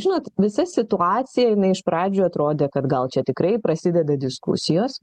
žinot visa situacija jinai iš pradžių atrodė kad gal čia tikrai prasideda diskusijos